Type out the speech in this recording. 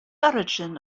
origin